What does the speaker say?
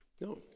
No